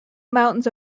mountains